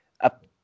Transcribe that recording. up